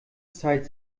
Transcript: zeit